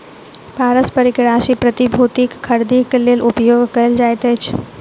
पारस्परिक राशि प्रतिभूतिक खरीदक लेल उपयोग कयल जाइत अछि